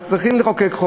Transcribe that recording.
אז צריכים לחוקק,